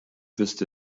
wüsste